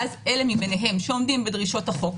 ואז אלה מביניהם שעומדים בדרישות החוק,